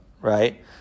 right